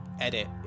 Edit